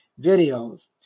videos